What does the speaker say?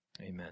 Amen